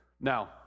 Now